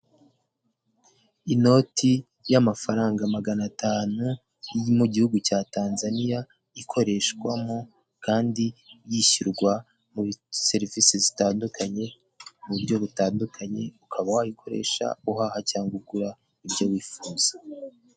Inoti y'amafaranga magana atanu yo mu gihugu cya Tanzania, ikoreshwamo kandi yishyurwa muri serivisi zitandukanye mu buryo butandukanye, ukaba wayikoresha uhaha cyangwa ugura ibyo wifuza.